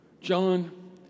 John